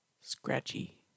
Scratchy